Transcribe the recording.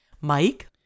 Mike